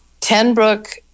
tenbrook